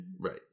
right